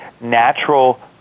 natural